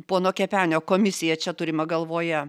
pono kepenio komisija čia turima galvoje